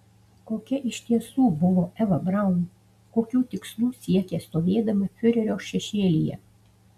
kokia iš tiesų buvo eva braun kokių tikslų siekė stovėdama fiurerio šešėlyje